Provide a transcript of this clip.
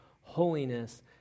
holiness